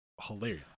hilarious